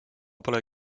pole